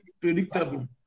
predictable